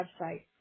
website